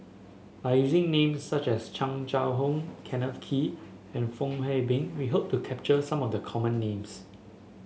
by using names such as Chan Chang How Kenneth Kee and Fong Hoe Beng we hope to capture some of the common names